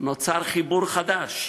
נוצרים חיבור חדש,